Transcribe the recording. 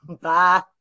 Bye